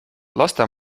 laste